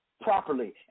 properly